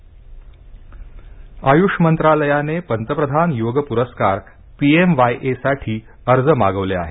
आयुष पुरस्कार आयुष मंत्रालयाने पंतप्रधान योग पुरस्कार पी एम वाय ए साठी अर्ज मागविले आहेत